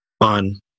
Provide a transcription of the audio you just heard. on